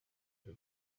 bwo